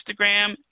Instagram